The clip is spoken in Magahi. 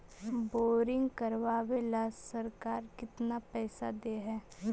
बोरिंग करबाबे ल सरकार केतना पैसा दे है?